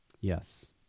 Yes